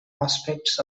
aspects